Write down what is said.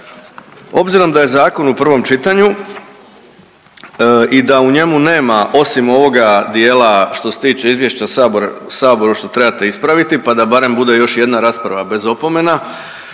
obzirom da je zakon u prvom čitanju i da u njemu nema osim ovog dijela što se tiče izvješća u Saboru što trebate ispraviti pa da barem bude još jedna rasprava bez opomena